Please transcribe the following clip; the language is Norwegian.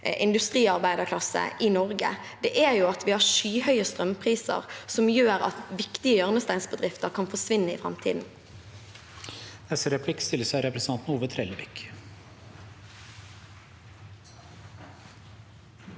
industriarbeiderklasse i Norge, er at vi har skyhøye strømpriser som gjør at viktige hjørnesteinsbedrifter kan forsvinne i framtiden.